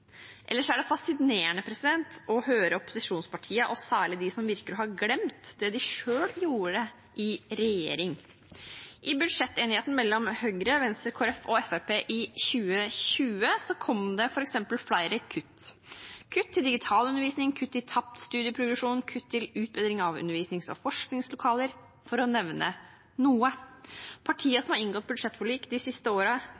Ellers er det fascinerende å høre på opposisjonspartiene, særlig dem som virkelig har glemt det de selv gjorde i regjering. I budsjettenigheten mellom Høyre, Venstre, Kristelig Folkeparti og Fremskrittspartiet i 2020 kom det f.eks. flere kutt – kutt til digitalundervisning, kutt til tapt studieprogresjon, kutt til utbedring av undervisnings- og forskningslokaler, for å nevne noe.